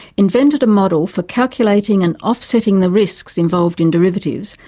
invented a model for calculating and offsetting the risks involved in derivatives,